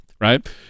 right